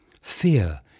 Fear